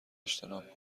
اجتناب